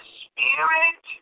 spirit